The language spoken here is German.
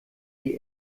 die